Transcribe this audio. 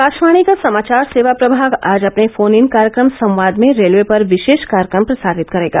आकाशवाणी का समाचार सेवा प्रभाग आज अपने फोन इन कार्यक्रम संवाद में रेलवे पर विशेष कार्यक्रम प्रसारित करेगा